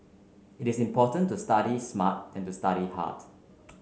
it is more important to study smart than to study hard